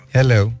Hello